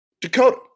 Dakota